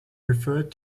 referred